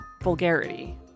vulgarity